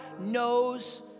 knows